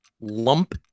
Lump